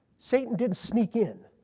satan didn't sneak in.